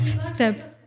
step